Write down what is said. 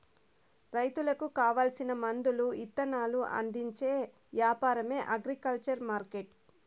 రైతులకు కావాల్సిన మందులు ఇత్తనాలు అందించే యాపారమే అగ్రికల్చర్ మార్కెట్టు